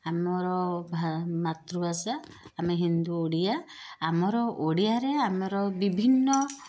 ଆମର ଭା ମାତୃଭାଷା ଆମେ ହିନ୍ଦୁ ଓଡ଼ିଆ ଆମର ଓଡ଼ିଆରେ ଆମର ବିଭିନ୍ନ